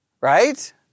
right